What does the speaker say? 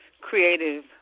creative